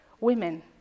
women